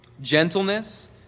Gentleness